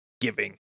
giving